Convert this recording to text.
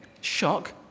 shock